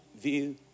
view